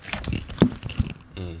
mm